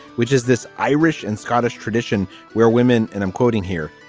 which is this irish and scottish tradition where women and i'm quoting here,